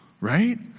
right